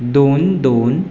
दोन दोन